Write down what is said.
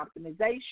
optimization